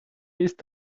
ist